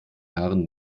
jahren